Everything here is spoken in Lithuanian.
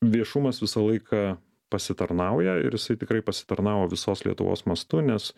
viešumas visą laiką pasitarnauja ir jisai tikrai pasitarnavo visos lietuvos mastu nes